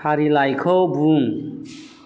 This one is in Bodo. फारिलाइखौ बुं